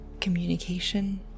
communication